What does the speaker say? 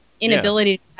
inability